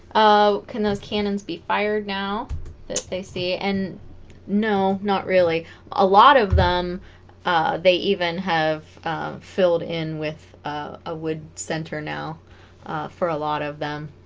ah can those cannons be fired now that they see and no not really a lot of them they even have filled in with a wood center now for a lot of them